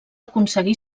aconseguir